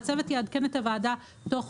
שהצוות יעדכן את הוועדה תוך?